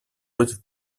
против